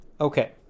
Okay